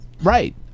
Right